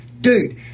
dude